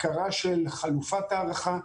הכרה של חלופת הערכה,